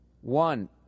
One